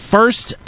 First